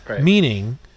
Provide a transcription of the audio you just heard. Meaning